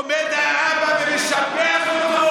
תיסע כמה שאתה, עומד אבא ומשבח אותו,